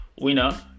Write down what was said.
winner